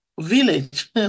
village